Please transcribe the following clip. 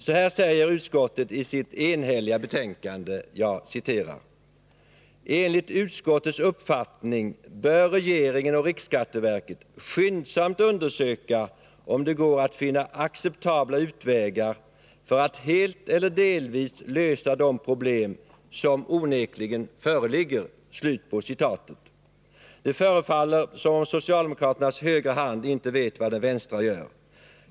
Så här säger utskottet i sitt enhälliga betänkande: Enligt utskottets mening bör regeringen och riksskatteverket skyndsamt undersöka om det går att finna acceptabla utvägar för att helt eller delvis lösa de problem som onekligen föreligger. Det förefaller som om socialdemokraternas högra hand inte vet vad den vänstra gör.